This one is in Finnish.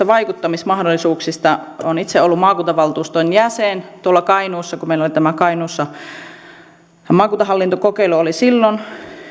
vaikuttamismahdollisuuksista olen itse ollut maakuntavaltuuston jäsen tuolla kainuussa kun meillä oli kainuussa tämä maakuntahallintokokeilu silloin